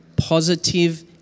positive